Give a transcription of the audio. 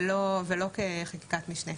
ולא כחקיקת משנה.